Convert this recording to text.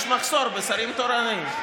יש מחסור בשרים תורנים.